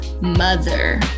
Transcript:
mother